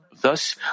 Thus